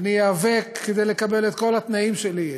אני איאבק כדי לקבל את כל התנאים שלי,